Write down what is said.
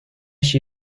she